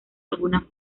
alguna